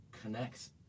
connects